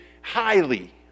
highly